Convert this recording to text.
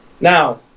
Now